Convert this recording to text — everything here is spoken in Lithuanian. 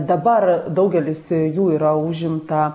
dabar daugelis jų yra užimta